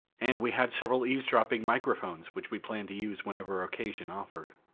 and we had several eavesdropping microphones which we planned to use whenever occasion offered.